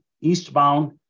eastbound